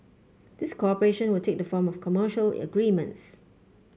this cooperation will take the form of commercial agreements